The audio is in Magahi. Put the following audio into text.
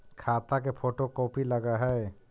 खाता के फोटो कोपी लगहै?